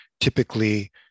typically